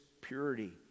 purity